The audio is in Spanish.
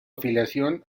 afiliación